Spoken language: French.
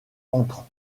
entre